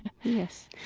yes.